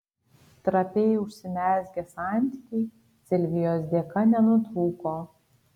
trapiai užsimezgę santykiai silvijos dėka nenutrūko